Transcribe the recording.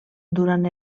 durant